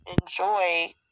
enjoy